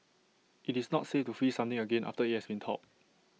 IT is not safe to freeze something again after IT has thawed